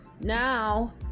now